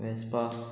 Vespa